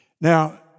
Now